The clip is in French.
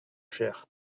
cher